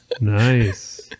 Nice